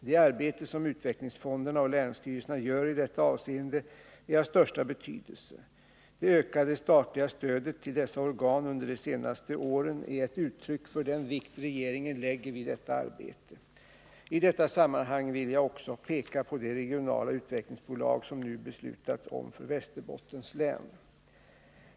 Det arbete som utvecklingsfonderna och länsstyrelserna gör i detta avseende är av största betydelse. Det ökade statliga stödet till dessa organ under de senaste åren är ett uttryck för den vikt regeringen lägger vid detta arbete. I detta sammanhang vill jag också peka på det regionala utvecklingsbolag som nu beslutats om för Västerbottens län.